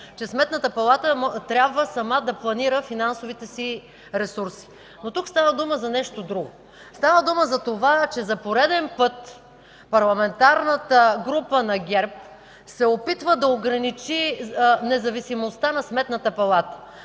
че Сметната палата трябва сама да планира финансовите си ресурси. Но тук става дума за нещо друго. Става дума за това, че за пореден път Парламентарната група на ГЕРБ се опитва да ограничи независимостта на Сметната палата,